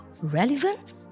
relevant